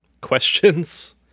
questions